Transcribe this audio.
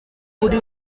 kuri